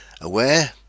Aware